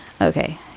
Okay